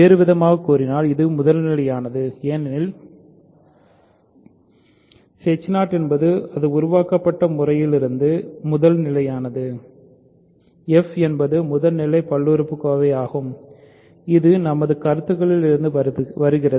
வேறுவிதமாகக் கூறினால் இது முதல்நிலையானது ஏனெனில் என்பது அது உருவாக்கப்பட்ட முறையிலிருந்து முதல்நிலையானது f ஒன்பது முதல்நிலை பல்லுறுப்புக்கோவை ஆகும் இது நமது கருத்துகளில் இருந்து வருகிறது